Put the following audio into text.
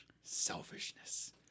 selfishness